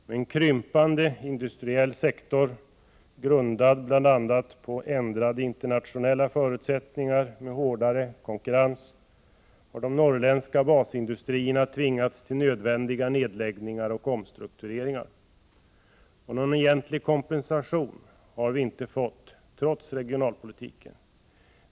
Med en krympande industriell sektor, grundad bl.a. på ändrade internationella förutsättningar med hårdare konkurrens, har de norrländska basindustrierna tvingats till nödvändiga nedläggningar och omstruktureringar. Och någon egentlig kompensation har vi inte fått trots regionalpolitiken.